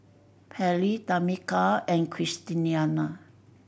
Pairlee Tamika and Christiana